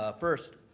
ah first,